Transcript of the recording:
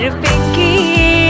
pinky